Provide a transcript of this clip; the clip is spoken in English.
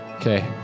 Okay